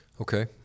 Okay